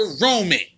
Roman